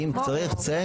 אם צריך צריך.